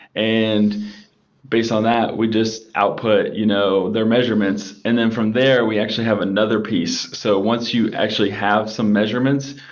and based on that we just output you know their measurements. and and from there, we actually have another piece. so once you actually have some measurements,